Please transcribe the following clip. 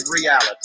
reality